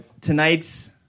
tonight's